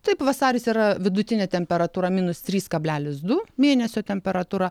taip vasaris yra vidutinė temperatūra minus trys kablelis du mėnesio temperatūra